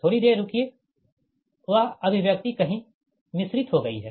थोड़ी देर रुकिए वह अभिव्यक्ति कही मिल गई है